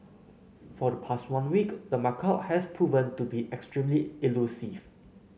for the past one week the macaque has proven to be extremely elusive